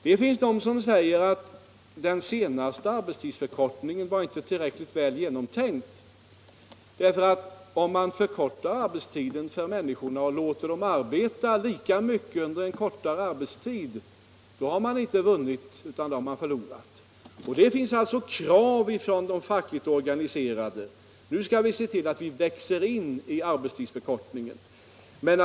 Det finns de som säger att den senaste arbetstidsförkortningen inte var tillräckligt väl genomtänkt. Om man förkortar arbetstiden för människorna men låter dem arbeta lika mycket under kortare arbetstid, då har man inte vunnit utan förlorat. Det finns krav från de fackligt organiserade att vi skall se till att man kan växa in i arbetstidsförkortningen.